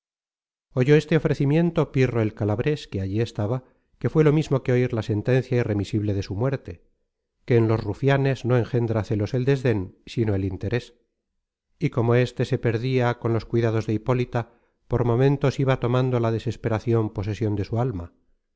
oyó este ofrecimiento pirro el calabres que allí estaba que fué lo mismo que oir la sentencia irremisible de su muerte que en los rufianes no engendra celos el desden sino el interes y como éste se perdia con los cuidados de hipólita por momentos iba tomando la desesperacion posesion de su alma